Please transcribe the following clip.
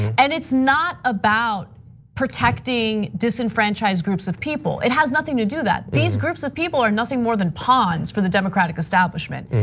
and it's not about protecting disenfranchised groups of people. it has nothing to do that, these groups of people are nothing more than pawns for the democratic establishment.